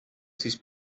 sis